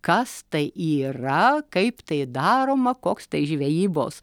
kas tai yra kaip tai daroma koks tai žvejybos